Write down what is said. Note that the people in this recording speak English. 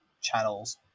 channels